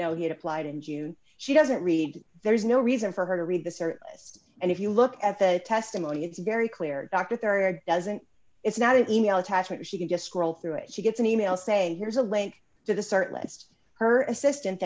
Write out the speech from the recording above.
know he had applied in june she doesn't read there is no reason for her to read this or this and if you look at the testimony it's very clear docket there it doesn't it's not an e mail attachment she can just scroll through it she gets an e mail saying here's a link to the start list her assistant